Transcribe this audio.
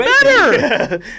better